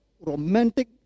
romantic